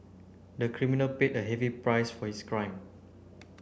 the criminal paid a heavy price for his crime